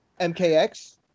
MKX